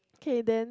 K then